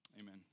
Amen